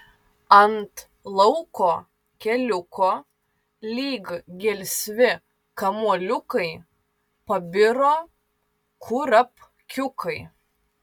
ant lauko keliuko lyg gelsvi kamuoliukai pabiro kurapkiukai